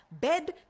bed